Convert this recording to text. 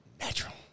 Natural